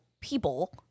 people